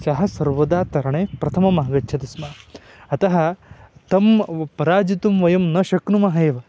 सः सर्वदा तरणे प्रथममागच्छति स्म अतः तं पराजेतुं वयं न शक्नुमः एव